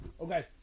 Okay